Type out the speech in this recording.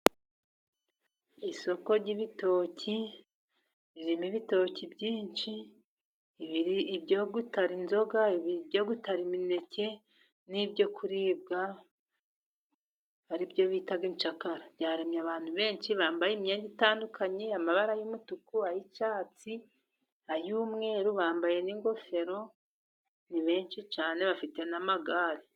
Isoko ry'ibitoki ririmo ibitoki byinshi:Ibyo gutara inzoga, ibyo gutara imineke ,n'ibyo kuribwa hari ibyo bita inshakara, ryaremye abantu benshi bambaye imyenda itandukanye, amabara y'umutuku, ay'icyatsi ,ay'umweru bambaye n'ingofero ,ni benshi cyane bafite n'amagare.